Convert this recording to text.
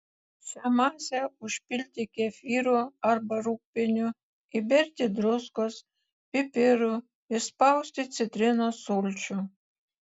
šią masę užpilti kefyru arba rūgpieniu įberti druskos pipirų išspausti citrinos sulčių